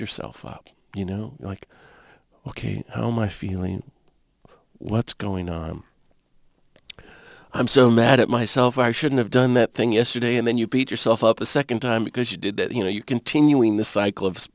yourself up you know like ok how my feeling what's going on i'm so mad at myself i shouldn't have done that thing yesterday and then you beat yourself up a second time because you did that you know you continuing this cycle of